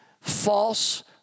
false